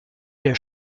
der